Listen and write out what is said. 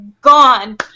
gone